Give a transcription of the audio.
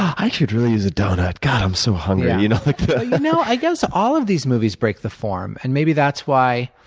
i could really use a donut but god, i'm so hungry. i you know know. i guess all of these movies break the form and maybe that's why,